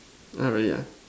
ah really ah